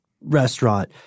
restaurant